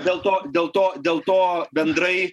dėl to dėl to dėl to bendrai